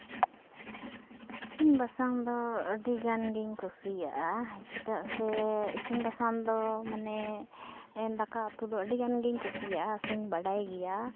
ᱤᱥᱤᱱᱼᱵᱟᱥᱟᱝ ᱫᱚ ᱟᱹᱰᱤ ᱜᱟᱱ ᱜᱤᱧ ᱠᱩᱥᱤᱭᱟᱜᱼᱟ ᱪᱮᱫᱟᱜ ᱥᱮ ᱤᱥᱤᱱᱼᱵᱟᱥᱟᱝ ᱫᱚ ᱢᱟᱱᱮ ᱤᱧ ᱫᱟᱠᱟ ᱩᱛᱩ ᱫᱚ ᱟᱹᱰᱤ ᱜᱟᱱ ᱜᱤᱧ ᱠᱩᱥᱤᱭᱟᱜᱼᱟ ᱥᱮᱧ ᱵᱟᱰᱟᱭ ᱜᱮᱭᱟ